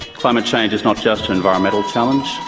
climate change is not just an environmental challenge,